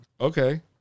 Okay